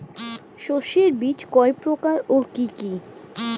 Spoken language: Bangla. শস্যের বীজ কয় প্রকার ও কি কি?